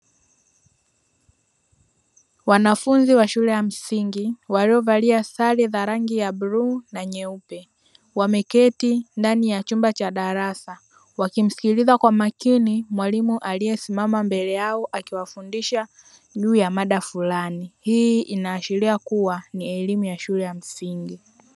Wanafunzi wa shule ya msingi waliovalia sare za rangi ya bluu na nyeupe, wameketi ndani ya chumba cha darasa wakimsikiliza kwa makini mwalimu aliyesimama mbele yao akiwafundisha juu ya mada fulani. Hii inaashiria kuwa ni elimu ya shule ya msingi.